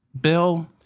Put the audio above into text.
bill